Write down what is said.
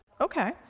Okay